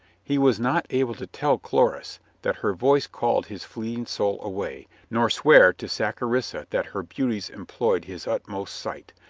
he was not able to tell chloris that her voice called his fleeting soul away, nor swear to saccharissa that her beauties employed his utmost sight,